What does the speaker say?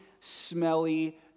smelly